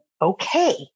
okay